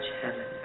heaven